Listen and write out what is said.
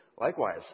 Likewise